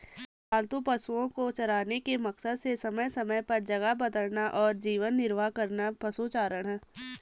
पालतू पशुओ को चराने के मकसद से समय समय पर जगह बदलना और जीवन निर्वाह करना पशुचारण है